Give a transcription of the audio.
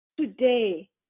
today